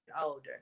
older